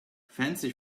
fancy